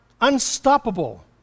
unstoppable